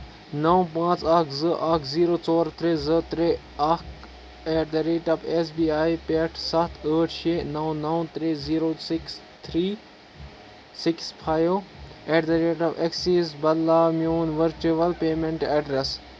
نو پانژھ اکھ زٕ اکھ زیٖرو ژور ترٛےٚ زٕ ترٛےٚ اکھ eight the rate of S B I پٮ۪ٹھ سَتھ ٲٹھ شیٚے نو نو ترٛےٚ zero six three six five eight the rate of Axis بدلاو میون ؤرچول پیمیٚنٹ ایڈریس